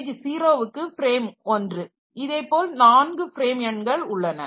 page 0 க்கு frame 1 இதுபோல் 4 frame எண்கள் உள்ளன